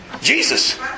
Jesus